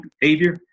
behavior